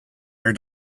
are